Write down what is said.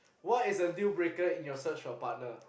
what is a deal breaker in your search a partner